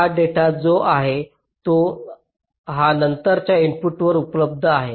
हा डेटा जो आहे तो हा नंतरच्या इनपुटवर उपलब्ध आहे